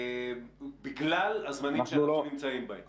בגלל הזמנים שאנחנו נמצאים בהם?